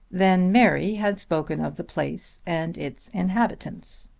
then mary had spoken of the place and its inhabitants.